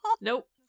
Nope